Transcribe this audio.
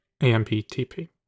AMPTP